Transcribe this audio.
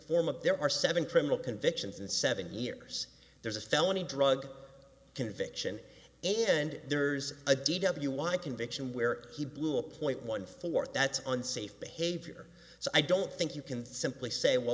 form of there are seven criminal convictions in seven years there's a felony drug conviction and there's a d w i conviction where he blew a point one fourth that's unsafe behavior so i don't think you can simply say well